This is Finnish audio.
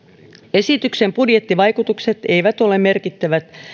esityksen budjettivaikutukset eivät ole merkittävät